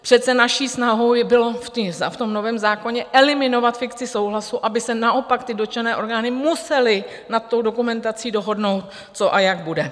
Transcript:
Přece naší snahou bylo v novém zákoně eliminovat fikci souhlasu, aby se naopak dotčené orgány musely nad dokumentací dohodnout, co a jak bude.